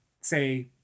say